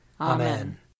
Amen